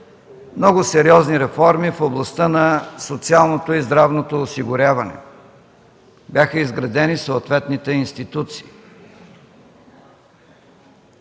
много сериозни реформи в областта на социалното и здравното осигуряване, бяха изградени съответните институции.